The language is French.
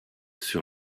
sur